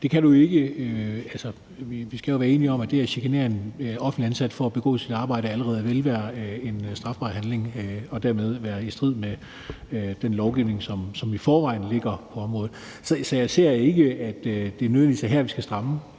vi skal jo være enige om, at det at chikanere en offentligt ansat for at udføre sit arbejde allerede vil være en strafbar handling og dermed være i strid med den lovgivning, som i forvejen findes på området. Så jeg ser ikke, at det nødvendigvis er her, vi skal stramme,